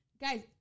Guys